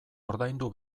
ordaindu